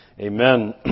Amen